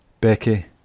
Becky